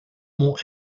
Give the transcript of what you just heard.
more